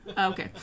okay